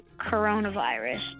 coronavirus